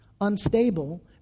unstable